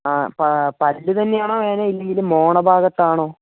ആ പാ പല്ല് തന്നെയാണോ വേദന അല്ലെങ്കിൽ ഈ മോണ ഭാഗത്താണോ